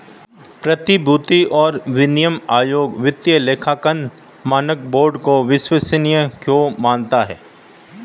प्रतिभूति और विनिमय आयोग वित्तीय लेखांकन मानक बोर्ड को विश्वसनीय क्यों मानता है?